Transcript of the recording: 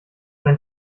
sein